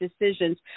decisions